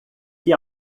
que